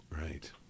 Right